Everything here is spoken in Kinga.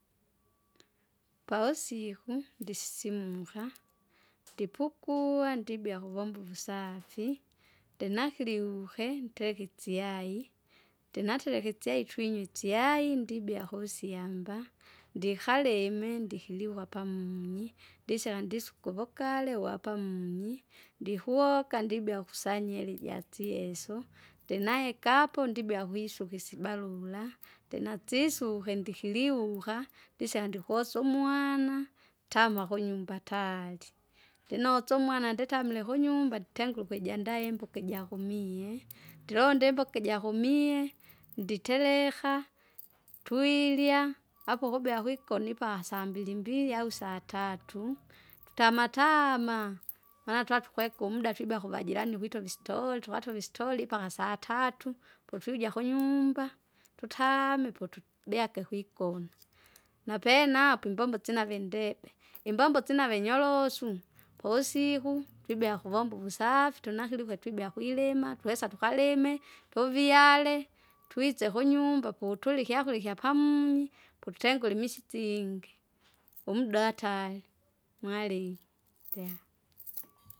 Pausiku ndisisimuka, ndipukuwa ndibia kuvomba uvusafi, ndinakili uke ntereke itschai, ntinatereka itschai twinywa itschai ndibia kusyamba, ndikalime ndikilikwa pamunyi ndisila ndisuku kuvukale wapamunyi, ndihuoka ndibya kusanyiri ijatsieso ndinae kaap ndibya kuisuka isibarula, ndinatsisuke ndikiliuka, ndisya ndikosu umwana, tama kunyumba tari. Ndinoso umwana nditamile kunyumba nditengure ukwjandaa imbuka ijakumie, ndilonde imboka ijakumie nditereha, twirya, apo ukubea kwikoni ipa sambili mbili au saa tatu tutama taama maana twatukweka umda twiba kuvajirani wito vistori watu vistori mpaka satatu, potuija kunymba! tutame potubyake kwikona. Npene apa imbombo sinave indebe, imbombo sinave inyorosu pousiku, twibea ukuvomba uvusafi tunakiluke twibea kwilima, twesa tukalime, tuvyale, twise kunyumba potuli ikyakurya ikyapamunyi, potutengule imisitingi, umda atae, mwaling'i.